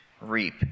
reap